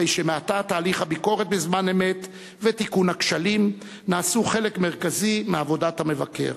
הרי שמעתה תהליך הביקורת בזמן אמת ותיקון הכשלים נעשו חלק מעבודת המבקר.